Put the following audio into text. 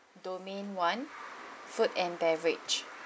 domain one food and beverage